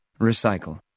Recycle